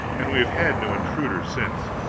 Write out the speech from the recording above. and we have had no intruders since.